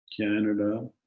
Canada